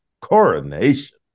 coronation